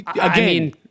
again